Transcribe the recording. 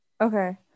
okay